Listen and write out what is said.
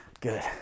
good